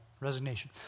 resignation